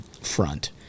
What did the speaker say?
front